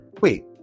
Wait